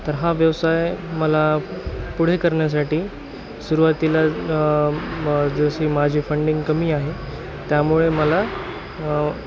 तर हा व्यवसाय मला पुढे करण्यासाठी सुरूवातीला जराशी माझी फंडिंग कमी आहे त्यामुळे मला